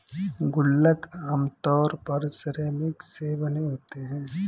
गुल्लक आमतौर पर सिरेमिक से बने होते हैं